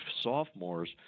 sophomores